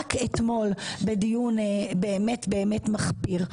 רק אתמול בדיון באמת מחפיר.